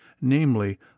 namely